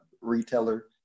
retailer